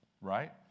right